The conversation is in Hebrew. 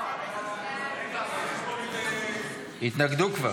------ כבר התנגדו.